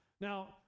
Now